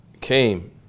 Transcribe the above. came